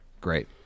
Great